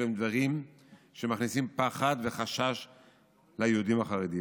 אלה דברים שמכניסים פחד וחשש ליהודים החרדים.